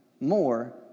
more